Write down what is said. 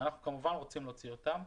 ואנחנו כמובן רוצים להוציא אותם.